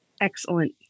Excellent